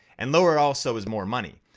and lower also is more money.